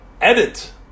edit